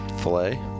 Filet